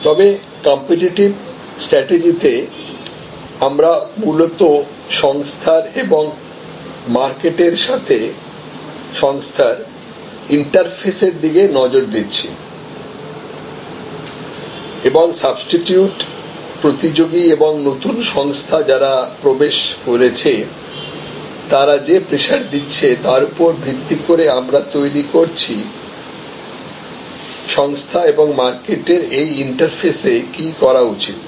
তবে কম্পিটিটিভ স্ট্রাটেজিতে আমরা মূলত সংস্থার এবং মার্কেট এর সাথে সংস্থার ইন্টারফেস এর দিকে নজর দিচ্ছি এবং সাবস্টিটিউটপ্রতিযোগী এবং নতুন সংস্থা যারা প্রবেশ করেছে তারা যে প্রেসার দিচ্ছে তার উপর ভিত্তি করে আমরা তৈরি করছি সংস্থা এবং মার্কেটের এই ইন্টারফেসে কি করা উচিত